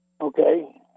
Okay